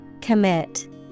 Commit